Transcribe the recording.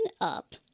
up